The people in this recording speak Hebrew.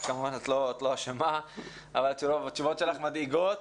כמובן, את לא אשמה, אבל התשובות שלך מדאיגות.